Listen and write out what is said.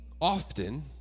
often